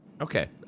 Okay